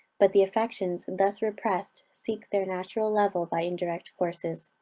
but the affections, thus repressed, seek their natural level by indirect courses.